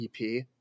EP